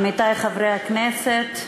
עמיתי חברי הכנסת,